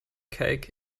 cake